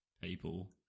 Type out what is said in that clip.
people